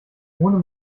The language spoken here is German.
ohne